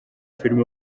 filime